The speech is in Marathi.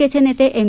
केचे नेते एम